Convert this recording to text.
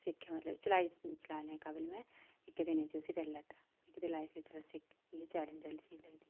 सिक्खेआ मतलब चलाने दे काबल में इक्कै दिनें च इसी करी लैता इक्क लाईफ बिच इक्क इ'यै चैलेंज जेह्ड़ी स्हेई लगदी